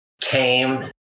came